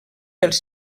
pels